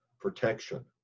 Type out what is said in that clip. protection